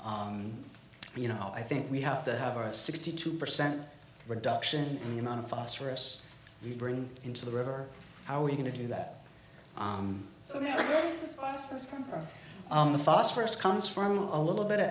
you know i think we have to have our sixty two percent reduction in on phosphorous we bring into the river how are we going to do that so now the phosphorus comes from a little bit of